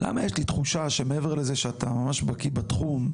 למה יש לי תחושה שמעבר לזה שאתה ממש בקיא בתחום,